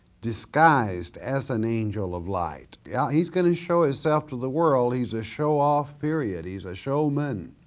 disguised as an angel of light. yeah he's gonna show hisself to the world, he's a show off period, he's a showman,